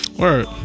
Word